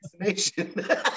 vaccination